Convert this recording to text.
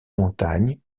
montagnes